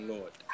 Lord